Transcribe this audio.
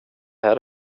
här